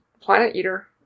planet-eater